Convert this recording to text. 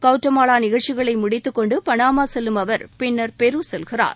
Guatemala நிகழ்ச்சிகளை முடித்துக்கொண்டு Panama செல்லும் அவர் பின்னர் பெரு செல்கிறார்